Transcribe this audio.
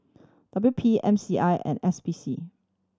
W P M C I and S P C